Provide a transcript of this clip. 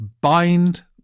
bind